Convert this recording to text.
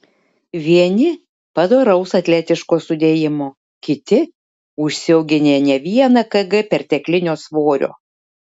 vieni padoraus atletiško sudėjimo kiti užsiauginę ne vieną kg perteklinio svorio